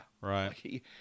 Right